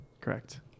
Correct